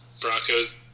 Broncos